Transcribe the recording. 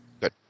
Good